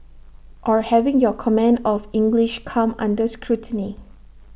or having your command of English come under scrutiny